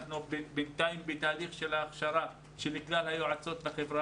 אנחנו בינתיים בתהליך ההכשרה שניתנת ליועצות בחברה